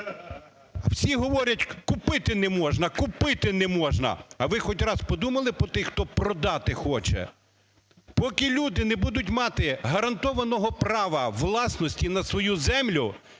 всі говорять: купити не можна, купити не можна… А ви хоч раз подумали про тих, хто продати хоче? Поки люди не будуть мати гарантованого права власності на свою землю